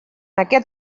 aquest